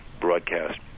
broadcast